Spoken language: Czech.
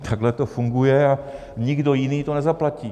Takhle to funguje a nikdo jiný to nezaplatí.